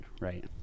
right